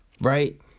Right